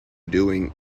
doing